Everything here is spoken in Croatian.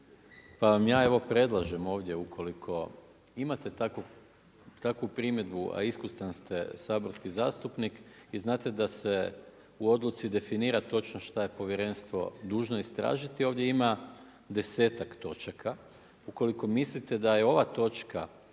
ja evo predlažem ovdje ukoliko imate takvu primjedbu, a iskusan ste saborski zastupnik i znate da se u odluci definira točno što je povjerenstvo dužno istražiti ovdje ima desetak točaka. Ukoliko mislite da je ova točka